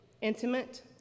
intimate